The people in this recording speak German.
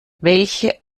welche